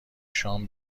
شام